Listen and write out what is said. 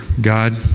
God